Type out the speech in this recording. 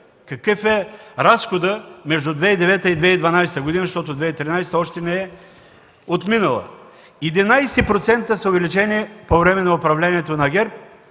какъв е разходът между 2009 и 2012 г., защото 2013 г. още не е отминала: 11% са увеличени по време на управлението на ГЕРБ.